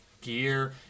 gear